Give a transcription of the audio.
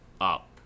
up